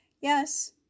Yes